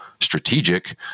strategic